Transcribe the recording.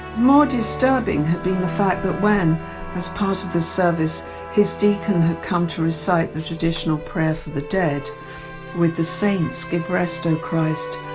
more disturbing had been the fact that when as part of the service his deacon had come to recite the traditional prayer for the dead with the saints give rest, o christ,